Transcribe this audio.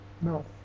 no